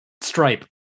stripe